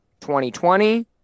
2020